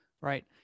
right